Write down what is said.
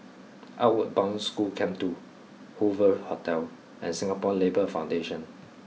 Outward Bound School Camp two Hoover Hotel and Singapore Labour Foundation